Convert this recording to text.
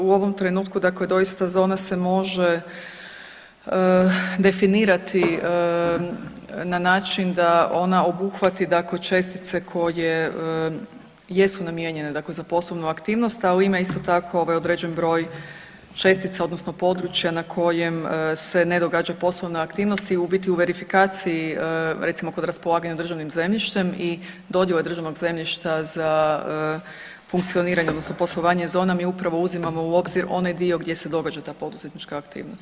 U ovom trenutku doista zona se može definirati na način da ona obuhvati čestice koje jesu namijenjene za poslovnu aktivnost, ali ima isto tako ovaj određeni broj čestica odnosno područja na kojem se ne događa poslovna aktivnost i u biti u verifikaciji recimo kod raspolaganja državnim zemljištem i dodjela državnog zemljišta za funkcioniranje odnosno poslovanje zona mi upravo uzimamo u obzir onaj dio gdje se događa ta poduzetnička aktivnost.